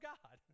God